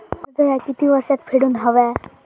कर्ज ह्या किती वर्षात फेडून हव्या?